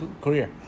career